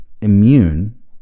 immune